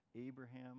Abraham